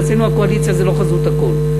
אצלנו הקואליציה זה לא חזות הכול.